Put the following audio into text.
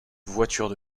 voitures